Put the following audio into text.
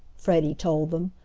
freddie told them.